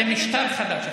זה משטר חדש עכשיו.